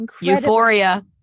Euphoria